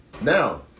Now